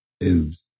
news